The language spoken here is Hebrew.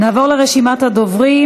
נעבור לרשימת הדוברים.